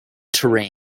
terrain